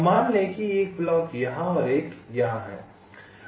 मान लें कि एक ब्लॉक यहां और एक ब्लॉक यहां है